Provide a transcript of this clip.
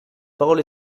parole